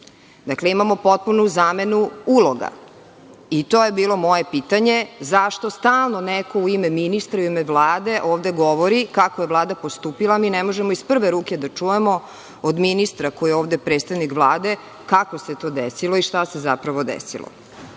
Dakle, imamo potpunu zamenu uloga. To je bilo moje pitanje – zašto stalno neko u ime ministra i u ime Vlade ovde govori kako je Vlada postupila, a mi ne možemo iz prve ruke da čujemo od ministra, koji je ovde predstavnik Vlade, kako se to desilo i šta se zapravo desilo? Što